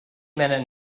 minute